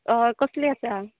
अह कसली आसा